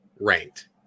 ranked